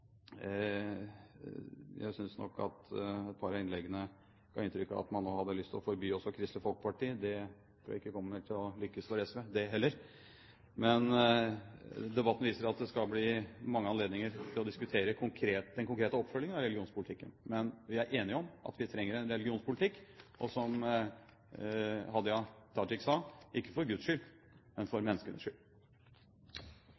jeg synes nok at et par av innleggene ga inntrykk av at man hadde lyst til å forby også Kristelig Folkeparti. Det tror jeg ikke kommer til å lykkes for SV, det heller. Debatten viser at det skal bli mange anledninger til å diskutere konkrete oppfølginger av religionspolitikken. Men vi er enige om at vi trenger en religionspolitikk, og som Hadia Tajik sa – ikke for Guds skyld, men for